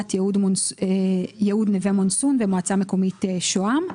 עיריית יהוד נווה מונסון ומועצה מקומית שוהם.